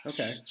Okay